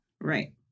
right